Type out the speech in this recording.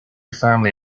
family